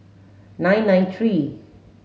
nine nine three